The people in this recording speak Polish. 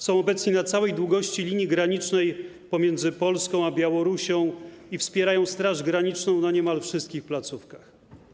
Są obecni na całej długości linii granicznej pomiędzy Polską a Białorusią i wspierają Straż Graniczną na niemal wszystkich placówkach.